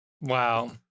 Wow